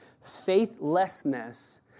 Faithlessness